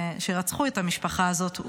שרצחו את המשפחה הזאת,